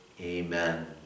Amen